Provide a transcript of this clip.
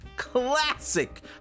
Classic